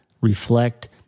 reflect